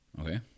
Okay